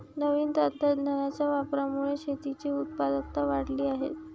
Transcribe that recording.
नवीन तंत्रज्ञानाच्या वापरामुळे शेतीची उत्पादकता वाढली आहे